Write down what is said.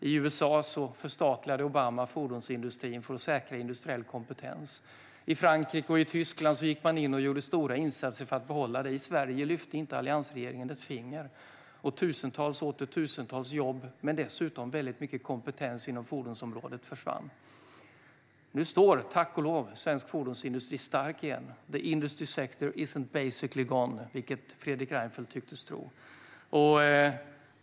I USA förstatligade Obama fordonsindustrin för att säkra industriell kompetens. I Frankrike och i Tyskland gick man in och gjorde stora insatser för att behålla den. I Sverige lyfte alliansregeringen inte ett finger. Och tusentals och åter tusentals jobb, men dessutom väldigt mycket kompetens inom fordonsområdet, försvann. Nu står, tack och lov, svensk fordonsindustri stark igen. The industry sector isn ́t basically gone, vilket Fredrik Reinfeldt tycktes tro.